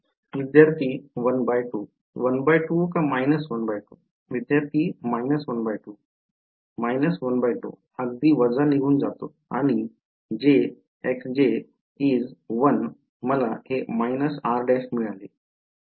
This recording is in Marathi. विद्यार्थी12 ½ का ½ विद्यार्थी ½ ½ अगदी वजा निघून जातो आणि jxj is 1 मला हे r मिळाले अगदी स्पष्ट आहे